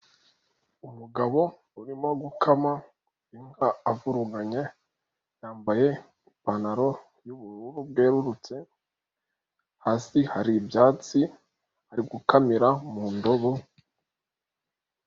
Umugabo urimo gukama inka avuruganya yambaye ipantaro y'ubururu bwerurutse, hasi hari ibyatsi, ari gukamira mu ndobo.